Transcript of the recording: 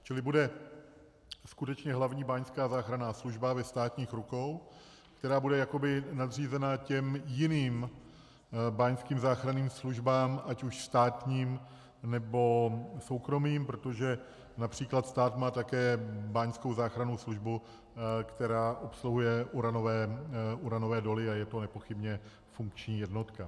Čili bude skutečně Hlavní báňská záchranná služba ve státních rukou, která bude jakoby nadřízena těm jiným báňským záchranným službám, ať už státním, nebo soukromým, protože například stát má také báňskou záchrannou službu, která obsluhuje uranové doly, a je to nepochybně funkční jednotka.